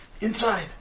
Inside